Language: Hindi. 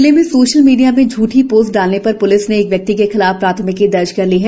जिले में सोशल मीडिया में झूठी पोस्ट डालने पर प्लिस ने एक व्यक्ति के खिलाफ प्राथमिकी दर्ज कर ली है